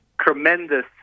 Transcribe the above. tremendous